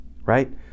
right